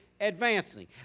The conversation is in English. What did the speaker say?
advancing